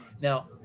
Now